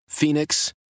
Phoenix